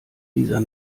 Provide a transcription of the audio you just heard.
dieser